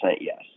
yes